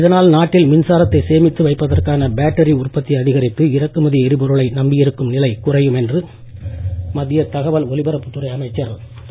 இதனால் நாட்டில் மின்சாரத்தை சேமித்து வைப்பதற்கான பேட்டரி உற்பத்தி அதிகரித்து இறக்குமதி எரிபொருளை நம்பியிருக்கும் நிலை குறையும் என்று மத்திய தகவல் ஒலிபரப்புத் துறை அமைச்சர் திரு